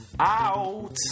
out